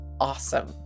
awesome